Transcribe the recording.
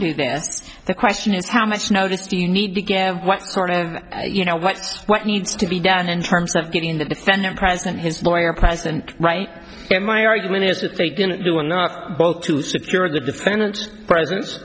do this the question is how much notice do you need to give what sort of you know what's what needs to be done in terms of getting the defendant present his lawyer present right here my argument is that they didn't do enough both to secure the defendant presents